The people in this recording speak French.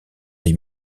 les